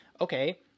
okay